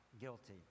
guilty